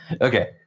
Okay